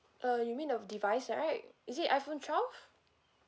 uh you mean the device right is it iphone twelve